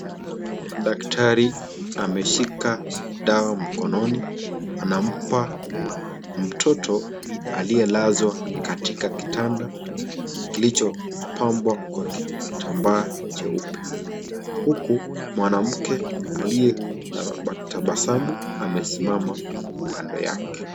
Daktari ameshika dawa mkononi, anampa mtoto aliyelazwa katika kitanda, kilichopambwa kwa kitambaa cheupe. Huku, mwanamke aliye na tabasamu amesimama kando yake.